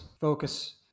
focus